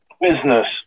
business